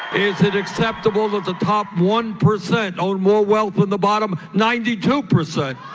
is it acceptable that the top one percent own more wealth than the bottom ninety two percent?